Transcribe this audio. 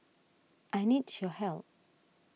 I need your help